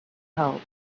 help